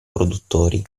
produttori